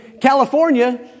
California